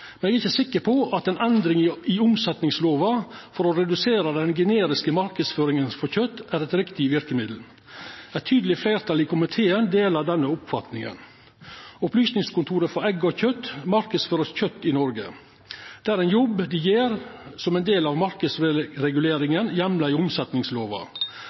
Eg ikkje sikker på at ei endring av omsetningslova for å redusera den generiske marknadsføringa for kjøt er eit riktig verkemiddel. Eit tydeleg fleirtal i komiteen deler denne oppfatninga. Opplysningskontoret for egg og kjøt marknadsfører kjøt i Noreg. Det er ein jobb dei gjer som ein del av marknadsreguleringa heimla i omsetningslova.